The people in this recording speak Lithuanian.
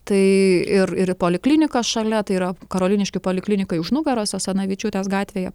tai ir ir į polikliniką šalia tai yra karoliniškių poliklinikai už nugaros asanavičiūtės gatvėje